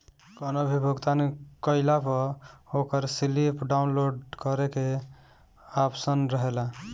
कवनो भी भुगतान कईला पअ ओकर स्लिप डाउनलोड करे के आप्शन रहेला